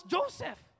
Joseph